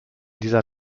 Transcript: dieser